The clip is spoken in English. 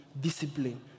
discipline